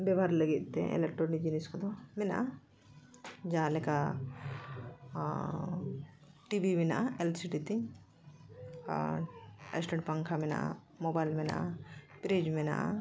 ᱵᱮᱵᱷᱟᱨ ᱞᱟᱹᱜᱤᱫ ᱛᱮ ᱤᱞᱮᱠᱴᱨᱚᱱᱤᱠ ᱡᱤᱱᱤᱥ ᱠᱚᱫᱚ ᱢᱮᱱᱟᱜᱼᱟ ᱡᱟᱦᱟᱸ ᱞᱮᱠᱟ ᱴᱤᱵᱷᱤ ᱢᱮᱱᱟᱜᱼᱟ ᱮᱞᱥᱤᱰᱤ ᱛᱤᱧ ᱟᱨ ᱥᱴᱮᱱᱰ ᱯᱟᱝᱠᱷᱟ ᱢᱮᱱᱟᱜᱼᱟ ᱢᱳᱵᱟᱭᱤᱞ ᱢᱮᱱᱟᱜᱼᱟ ᱯᱷᱨᱤᱡᱽ ᱢᱮᱱᱟᱜᱼᱟ